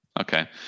Okay